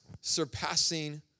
surpassing